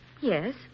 Yes